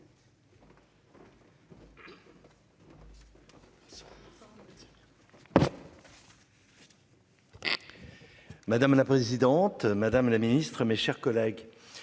Madame la présidente, madame la ministre, mes chers collègues.